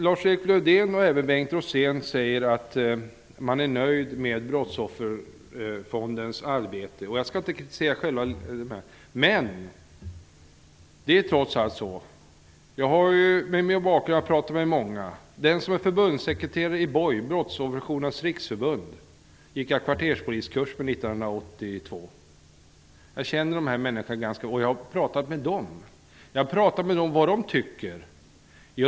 Lars-Erik Lövdén och Bengt Rosén säger att man är nöjd med brottsofferfondens arbete. Jag skall inte kritisera det. Men trots allt har jag med min bakgrund fått tillfälle att prata med många. Tillsammans med den som är förbundssekreterare i BOJ, Brottsofferjourernas Riksförbund, gick jag kvarterspoliskurs år 1982. Och jag känner flera av dem som är med i BOJ ganska väl. Jag har pratat med dem för att få reda på vad de tycker.